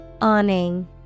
Awning